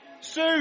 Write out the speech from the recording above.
Sue